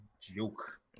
joke